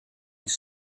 his